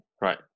Right